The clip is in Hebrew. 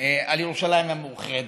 על ירושלים המאוחדת.